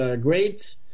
great